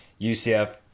UCF